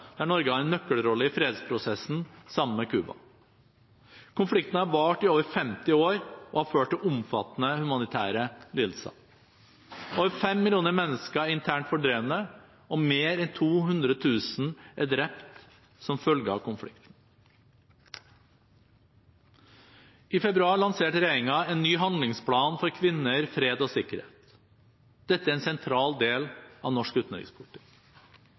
der Norge har en nøkkelrolle i fredsprosessen sammen med Cuba. Konflikten har vart i over 50 år og har ført til omfattende humanitære lidelser. Over fem millioner mennesker er internt fordrevne, og mer enn 200 000 er drept som følge av konflikten. I februar lanserte regjeringen en ny handlingsplan for kvinner, fred og sikkerhet. Dette er en sentral del av norsk utenrikspolitikk.